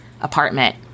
apartment